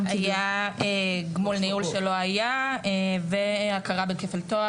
היה גמול ניהול שלא היה, והכרה בכפל תואר.